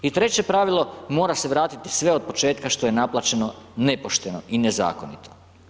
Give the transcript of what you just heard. I treće pravilo, mora se vratiti sve od početka što je naplaćeno nepošteno i nezakonito.